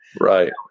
Right